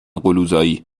قلوزایی